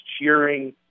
cheering